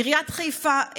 עיריית חיפה,